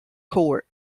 court